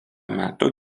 meto